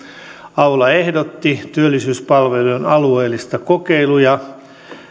aula ehdotti työllisyyspalvelujen alueellisia kokeiluja